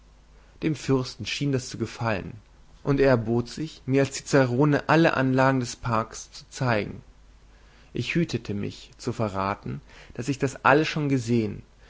dem fürsten schien das zu gefallen und er erbot sich mir als cicerone alle anlagen des parks zu zeigen ich hütete mich zu verraten daß ich das alles schon gesehen